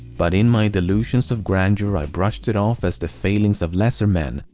but in my delusions of grandeur, i brushed it off as the failings of lesser men,